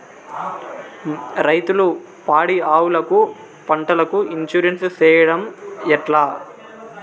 రైతులు పాడి ఆవులకు, పంటలకు, ఇన్సూరెన్సు సేయడం ఎట్లా?